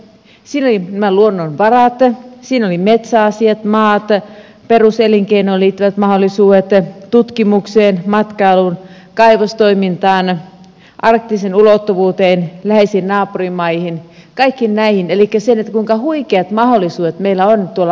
siinä oli nämä luonnonvarat siinä oli metsäasiat maat peruselinkeinoon liittyvät mahdollisuudet tutkimukseen matkailuun kaivostoimintaan arktiseen ulottuvuuteen läheisiin naapurimaihin kaikkiin näihin elikkä se kuinka huikeat mahdollisuudet meillä on tuolla arktisella alueella